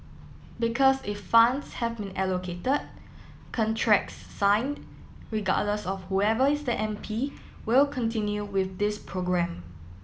because if funds have been allocated contracts signed regardless of whoever is the M P will continue with this programme